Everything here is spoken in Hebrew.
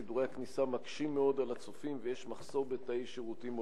סידורי הכניסה מקשים מאוד על הצופים ויש מחסור בתאי שירותים הולמים.